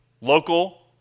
local